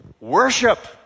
worship